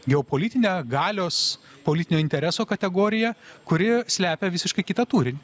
geopolitinė galios politinio intereso kategorija kuri slepia visiškai kita turinį